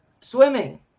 Swimming